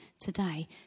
today